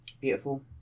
Beautiful